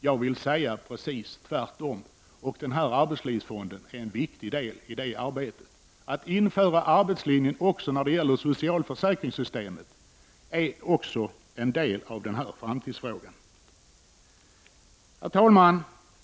Jag vill säga precis tvärtom. Den här arbetslivsfonden är en viktig del i arbetet. Att införa arbetslinjen också när det gäller socialförsäkringssystemet är också en del av framtidspolitiken. Herr talman!